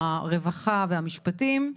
הרווחה והמשפטים.